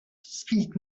speak